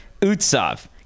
UTSAV